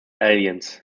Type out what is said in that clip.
aliens